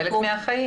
זה חלק מהחיים.